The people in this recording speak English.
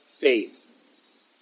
faith